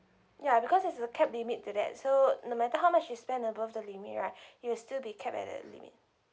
ya because there's a cap limit to that so no matter how much you spend above the limit right it will still be capped at that limit